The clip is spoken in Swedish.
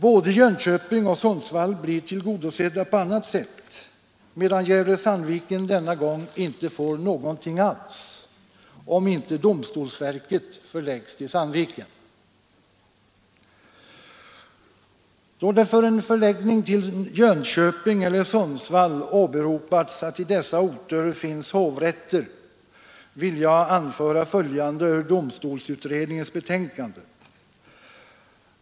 Både Jönköping och Sundsvall blir tillgodosedda på annat sätt, medan Gävle—Sandviken inte får någonting alls om inte domstolsverket förläggs till Sandviken. Då det för en förläggning till Jönköping eller Sundsvall åberopats att på dessa orter finns hovrätter vill jag anföra följande ur domstolsutredningens betänkande.